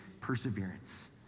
perseverance